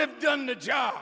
have done the job